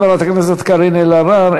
חברת הכנסת קארין אלהרר,